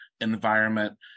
Environment